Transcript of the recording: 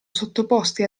sottoposti